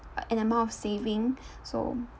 an amount of saving so